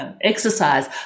Exercise